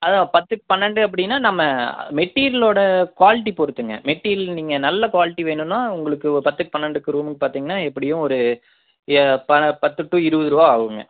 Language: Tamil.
அதா பத்துக்கு பன்னெண்டு அப்படின்னா நம்ம மெட்டீரியலோட குவாலிட்டி பொறுத்துங்க மெட்டீரியல் நீங்கள் நல்ல குவாலிட்டி வேணும்ன்னா உங்களுக்கு பத்துக்கு பன்னெண்டுக்கு ரூம்முக்கு பார்த்தீங்கன்னா எப்படியும் ஒரு பத்து டூ இருபது ரூவா ஆகுங்க